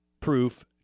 proof